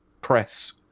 press